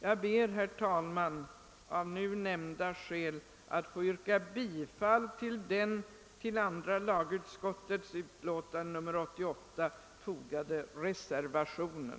Jag ber, herr talman, av nämnda skäl att få yrka bifall till den vid andra lagutskottets utlåtande nr 88 fogade reservationen.